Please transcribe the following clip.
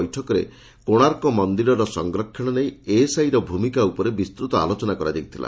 ବୈଠକରେ କୋଶାର୍କ ମନ୍ଦିରର ସଂରକ୍ଷଣ ନେଇ ଏଏସ୍ଆଇର ଭ୍ରମିକା ଉପରେ ବିସ୍ତୁତ ଆଲୋଚନା କରାଯାଇଥିଲା